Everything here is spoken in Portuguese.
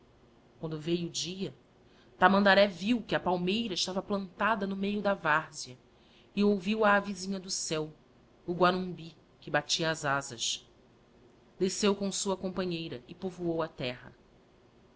quando veio o dia tamandaré viu qoe a paldigiti zedby google meira estava plantada no meio da várzea e ouvio a avezinha do céu o guanumby que batia as azas desceu com sua companheira e povoou a terra